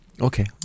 Okay